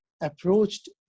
approached